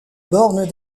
bornes